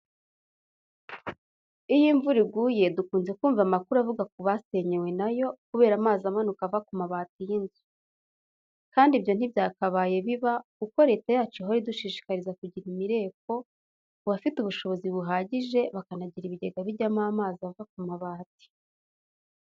Iyo imvura iguye dukunze kumva amakuru avuga ku basenyewe na yo kubera amazi amanuka ava ku mabati y'inzu. Kandi ibyo ntibyakabaye biba kuko Leta yacu ihora idushishikariza kugira imireko, kubafite ubushobozi buhagije bakanagira ibigega bijyamo amazi ava ku mabati.